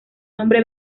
nombre